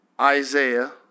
Isaiah